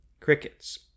Crickets